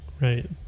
right